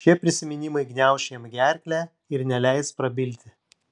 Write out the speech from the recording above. šie prisiminimai gniauš jam gerklę ir neleis prabilti